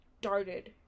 started